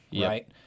right